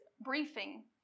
briefing